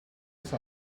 use